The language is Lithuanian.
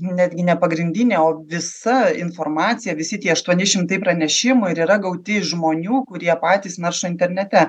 netgi ne pagrindinė o visa informacija visi tie aštuoni šimtai pranešimų ir yra gauti žmonių kurie patys naršo internete